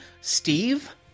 Steve